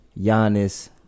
Giannis